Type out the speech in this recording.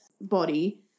body